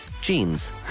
Jeans